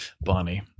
bonnie